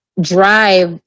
drive